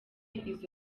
izo